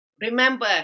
Remember